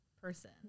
person